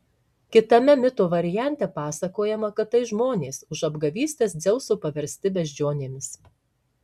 kitame mito variante pasakojama kad tai žmonės už apgavystes dzeuso paversti beždžionėmis